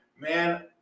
man –